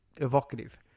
evocative